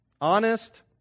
Honest